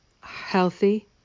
healthy